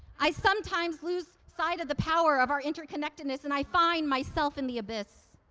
i sometimes lose sight of the power of our interconnectedness, and i find myself in the abyss.